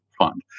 Fund